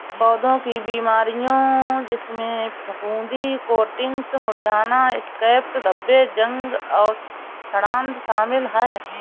पौधों की बीमारियों जिसमें फफूंदी कोटिंग्स मुरझाना स्कैब्स धब्बे जंग और सड़ांध शामिल हैं